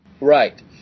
Right